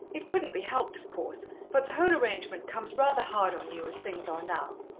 it couldn't be helped, of course but the whole arrangement comes rather hard on you, as things are now.